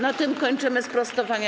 Na tym kończymy sprostowania.